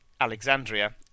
Alexandria